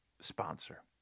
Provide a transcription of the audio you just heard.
sponsor